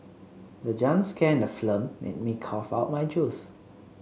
the jump scare in the film made me cough out my juice